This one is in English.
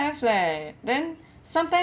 have leh then sometimes